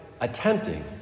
attempting